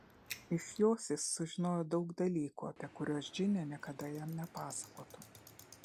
iš jos jis sužinojo daug dalykų apie kuriuos džinė niekada jam nepasakotų